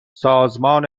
سازمان